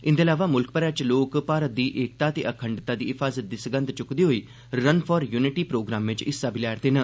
इंदे अलावा मुल्ख भरै च लोक भारत दी एकता ते अखंडता दी हिफाज़त दी सगंध बी चुक्कदे होई 'रन फार यूनिटी' प्रोग्राम च हिस्सा लै रदे न